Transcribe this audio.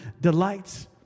delights